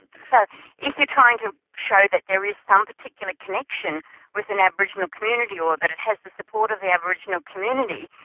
so if you're trying to show that there is some particular connection with an aboriginal community, or that it has the support of the aboriginal community,